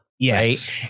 Yes